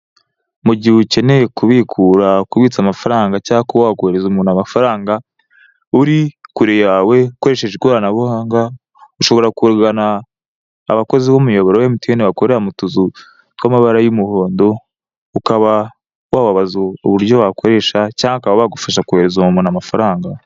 Mu gihe ukeneye kubikura, kubitsa amafaranga cyangwa kuba wakohereza umuntu amafaranga ,uri kure yawe ukoresheje ikoranabuhanga, ushobora kugana abakozi b'umuyoboro wa emutiyene bakorera mu tuzu tw'amabara y'umuhondo, ukaba wababaza uburyo wakoresha cyangwa bakaba bagufasha kohereza uwo muntu amafaranga.